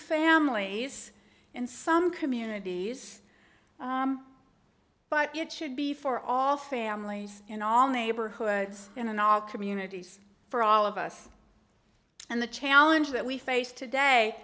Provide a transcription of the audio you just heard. families in some communities but it should be for all families in all neighborhoods and in all communities for all of us and the challenge that we face today